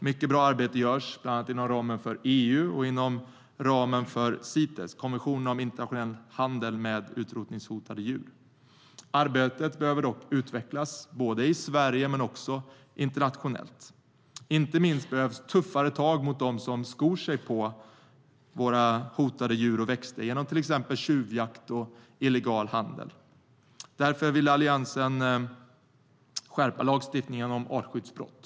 Mycket bra arbete görs, bland annat inom ramen för EU och inom ramen för Cites, konventionen om internationell handel med utrotningshotade djur. Arbetet behöver dock utvecklas, både i Sverige och internationellt. Inte minst behövs tuffare tag mot dem som skor sig på våra hotade djur och växter genom till exempel tjuvjakt och illegal handel. Därför vill Alliansen skärpa lagstiftningen om artskyddsbrott.